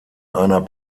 einer